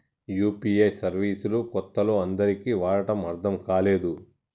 UPI service లు కొత్తలో అందరికీ వాడటం అర్థం కాలేదు